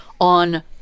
on